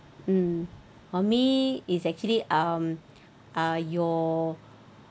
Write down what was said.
mm for me is actually um ah your